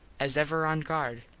as ever on guard,